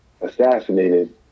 assassinated